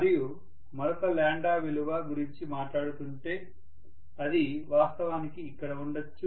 మరియు మరొక ల్యాండా విలువ గురించి మాట్లాడుకుంటే అది వాస్తవానికి ఇక్కడ ఉండొచ్చు